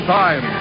time